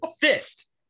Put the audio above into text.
Fist